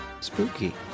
Spooky